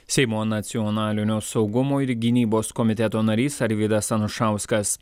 seimo nacionalinio saugumo ir gynybos komiteto narys arvydas anušauskas